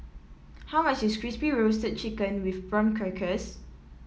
how much is Crispy Roasted Chicken with Prawn Crackers